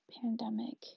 pandemic